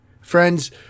Friends